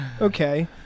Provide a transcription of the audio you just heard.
okay